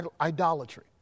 idolatry